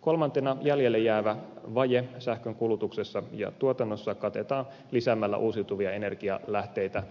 kolmantena jäljelle jäävä vaje sähkön kulutuksessa ja tuotannossa katetaan lisäämällä uusiutuvia energialähteitä